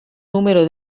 numero